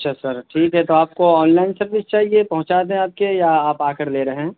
اچھا سر ٹھیک ہے تو آپ کو آنلائن سروس چاہیے پہنچا دیں آپ کے یا آپ آ کر لے رہے ہیں